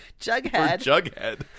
Jughead